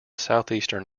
southeastern